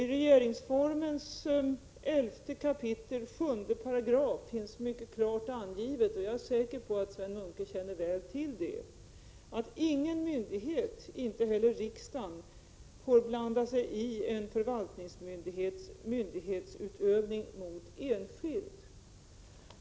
I regeringsformens 11 kap. 7 § finns mycket klart angivet — jag är säker på att Sven Munke känner till det — att ingen myndighet, inte heller riksdagen, får blanda sig i en förvaltningsmyndighets myndighetsutövning mot enskild.